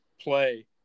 play